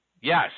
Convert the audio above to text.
Yes